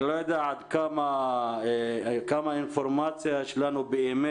אני לא יודע עד כמה אינפורמציה יש לנו באמת